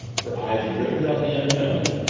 her eyes riveted on the unknown,